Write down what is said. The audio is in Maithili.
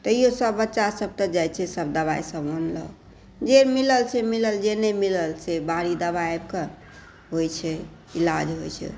तैयो सब बच्चा सब तऽ जाइ छै सब दबाइ आनलक जे मिलल से मिलल जे नहि मिलल से बाहरी दबाइ आबि कऽ होइ छै इलाज होइ छै